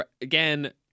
again